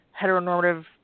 heteronormative